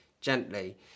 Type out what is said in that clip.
gently